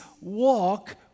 walk